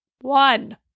One